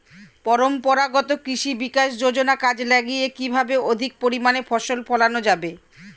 পরম্পরাগত কৃষি বিকাশ যোজনা কাজে লাগিয়ে কিভাবে অধিক পরিমাণে ফসল ফলানো যাবে?